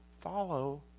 follow